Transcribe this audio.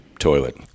toilet